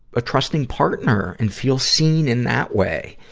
a trusting partner and feel seen in that way.